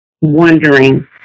wondering